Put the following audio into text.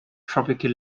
tropical